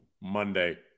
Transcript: Monday